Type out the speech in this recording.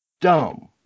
dumb